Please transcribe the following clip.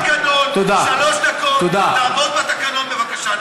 יש תקנון, שלוש דקות, תעמוד בתקנון בבקשה.